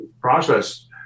process